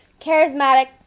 charismatic